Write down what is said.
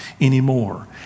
anymore